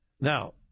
Now